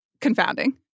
confounding